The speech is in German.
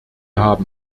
haben